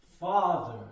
Father